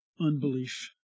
Unbelief